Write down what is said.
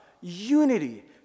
unity